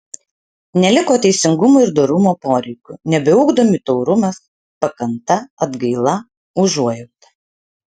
neliko teisingumo ir dorumo poreikių nebeugdomi taurumas pakanta atgaila užuojauta